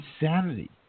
insanity